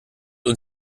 und